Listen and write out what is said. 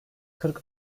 kırk